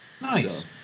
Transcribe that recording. Nice